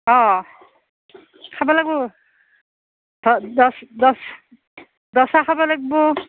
অঁ খাব লাগিব দচ দচ দচ দচা খাব লাগিব